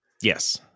Yes